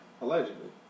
Allegedly